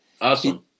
Awesome